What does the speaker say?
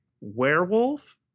werewolf